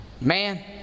Man